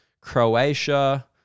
Croatia